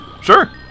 Sure